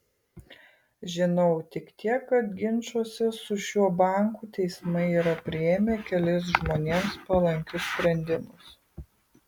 žinau tik tiek kad ginčuose su šiuo banku teismai yra priėmę kelis žmonėms palankius sprendimus